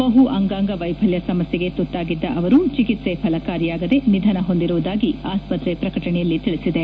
ಬಹು ಅಂಗಾಂಗ ವೈಪಲ್ಯ ಸಮಸ್ಯೆಗೆ ತುತ್ತಾಗಿದ್ದ ಅವರು ಚಿಕಿತ್ಸೆ ಫಲಕಾರಿಯಾಗದೆ ನಿಧನ ಹೊಂದಿರುವುದಾಗಿ ಆಸ್ಪತ್ರೆ ಪ್ರಕಟಣೆಯಲ್ಲಿ ತಿಳಿಸಿದೆ